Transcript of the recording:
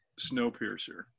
Snowpiercer